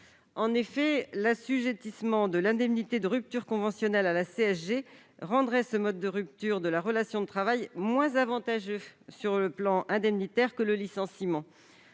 licenciement. L'assujettissement de l'indemnité de rupture conventionnelle à la CSG rendrait ce mode de rupture de la relation de travail moins avantageux sur le plan indemnitaire que le licenciement.